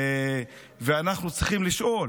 ואנחנו צריכים לשאול